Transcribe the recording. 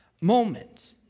moment